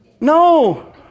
No